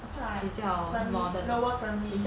okay lah like primary lower primary